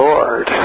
Lord